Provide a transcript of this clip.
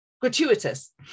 Gratuitous